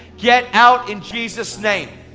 get out in jesus name.